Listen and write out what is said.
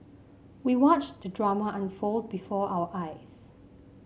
we watched the drama unfold before our eyes